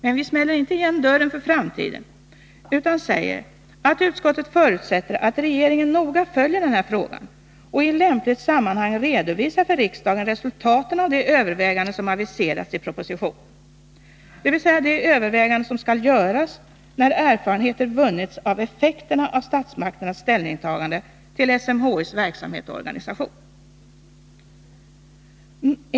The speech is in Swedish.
Men vi smäller inte igen dörren för framtiden utan säger, att utskottet förutsätter att regeringen noga följer den här frågan och i lämpligt sammanhang redovisar för riksdagen resultaten av de överväganden som aviserats i propositionen. Vi syftar på de överväganden som skall göras när erfarenheter vunnits av effekterna av statsmakternas ställningstagande till SMHI:s verksamhet och organisation.